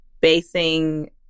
basing